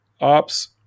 ops